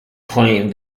claimed